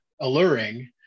alluring